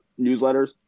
newsletters